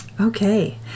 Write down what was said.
okay